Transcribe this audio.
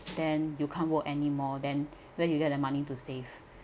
then you can't work anymore than where you get the money to save